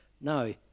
No